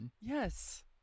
Yes